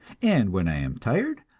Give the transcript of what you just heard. and when i am tired,